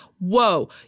Whoa